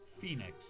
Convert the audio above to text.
Phoenix